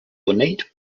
ornate